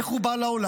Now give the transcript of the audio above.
איך הוא בא לעולם,